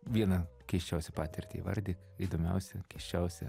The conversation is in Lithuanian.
viena keisčiausią patirtį įvardi įdomiausią keisčiausią